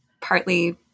partly